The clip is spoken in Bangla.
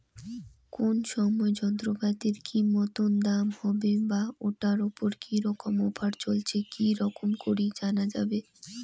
কোন সময় যন্ত্রপাতির কি মতন দাম হবে বা ঐটার উপর কি রকম অফার চলছে কি রকম করি জানা যাবে?